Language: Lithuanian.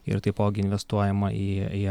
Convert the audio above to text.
ir taipogi investuojama į į